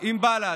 עם בל"ד.